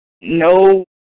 no